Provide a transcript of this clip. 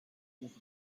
over